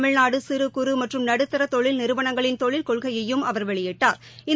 தமிழ்நாடு சிறு குறு மற்றும் நடுத்தர தொழில் நிறுவனங்களின் தொழில் கொள்கையையும் அவர் வெளியிட்டா்